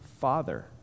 father